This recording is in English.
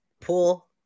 Pool